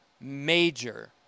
major